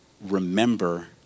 remember